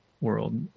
world